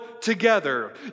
together